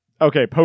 Okay